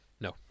No